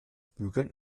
bügeln